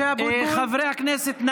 חברי הכנסת,